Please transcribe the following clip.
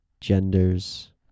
genders